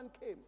came